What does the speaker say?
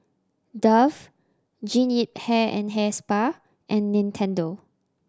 Dove Jean Yip Hair and Hair Spa and Nintendo